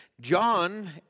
John